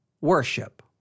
worship